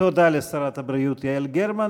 תודה לשרת הבריאות יעל גרמן.